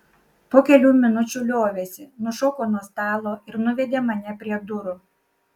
po kelių minučių liovėsi nušoko nuo stalo ir nuvedė mane prie durų